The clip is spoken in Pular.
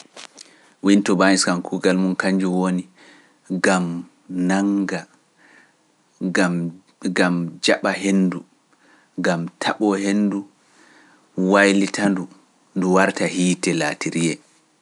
Win tubain kan kugal mum kanjum woni gam nannga, gam jaɓa henndu, gam taɓo henndu, waylita ndu, ndu warta hiite laatiriyee.